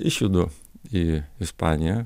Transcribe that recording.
išjudu į ispaniją